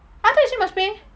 I thought you say must pay